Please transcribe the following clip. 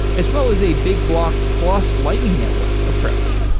as well as a big-block plus lightning network approach.